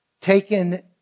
taken